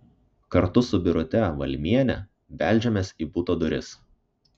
kartu su birute valmiene beldžiamės į buto duris